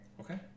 Okay